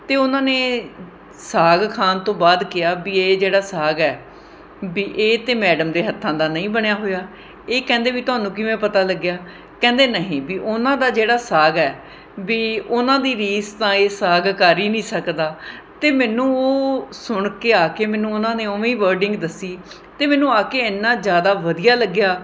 ਅਤੇ ਉਹਨਾਂ ਨੇ ਸਾਗ ਖਾਣ ਤੋਂ ਬਾਅਦ ਕਿਹਾ ਵੀ ਇਹ ਜਿਹੜਾ ਸਾਗ ਹੈ ਵੀ ਇਹ ਤਾਂ ਮੈਡਮ ਦੇ ਹੱਥਾਂ ਦਾ ਨਹੀਂ ਬਣਿਆ ਹੋਇਆ ਇਹ ਕਹਿੰਦੇ ਵੀ ਤੁਹਾਨੂੰ ਕਿਵੇਂ ਪਤਾ ਲੱਗਿਆ ਕਹਿੰਦੇ ਨਹੀਂ ਵੀ ਉਹਨਾਂ ਦਾ ਜਿਹੜਾ ਸਾਗ ਹੈ ਵੀ ਉਹਨਾਂ ਦੀ ਰੀਸ ਤਾਂ ਇਹ ਸਾਗ ਕਰ ਹੀ ਨਹੀਂ ਸਕਦਾ ਅਤੇ ਮੈਨੂੰ ਉਹ ਸੁਣ ਕੇ ਆ ਕੇ ਮੈਨੂੰ ਉਹਨਾਂ ਨੇ ਉਵੇਂ ਹੀ ਵਰਡਿੰਗ ਦੱਸੀ ਅਤੇ ਮੈਨੂੰ ਆ ਕੇ ਐਨਾ ਜ਼ਿਆਦਾ ਵਧੀਆ ਲੱਗਿਆ